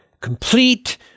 complete